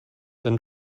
and